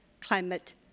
Climate